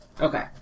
Okay